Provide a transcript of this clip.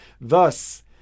Thus